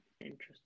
Interesting